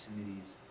opportunities